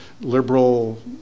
liberal